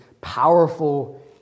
powerful